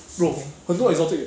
我的是 chicken rice